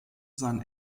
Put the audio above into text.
sein